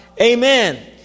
Amen